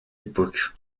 époque